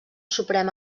suprem